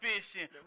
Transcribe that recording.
fishing